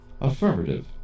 Affirmative